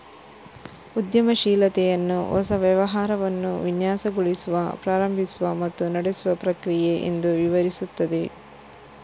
ಉದ್ಯಮಶೀಲತೆಯನ್ನು ಹೊಸ ವ್ಯವಹಾರವನ್ನು ವಿನ್ಯಾಸಗೊಳಿಸುವ, ಪ್ರಾರಂಭಿಸುವ ಮತ್ತು ನಡೆಸುವ ಪ್ರಕ್ರಿಯೆ ಎಂದು ವಿವರಿಸುತ್ತವೆ